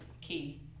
key